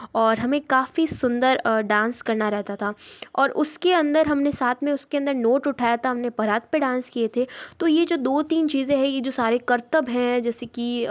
और हमें काफ़ी सुंदर डांस करना रहता था और उसके अंदर हम ने साथ में उसके अंदर नोट उठाया था हम ने परात पे डांस किए थे तो ये जो दो तीन चीज़ें है ये जो सारे करतब हैं जैसे कि